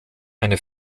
eine